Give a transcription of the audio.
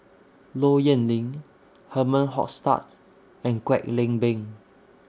Low Yen Ling Herman Hochstadt and Kwek Leng Beng